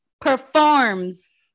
performs